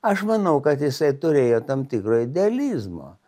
aš manau kad jisai turėjo tam tikro idealizmo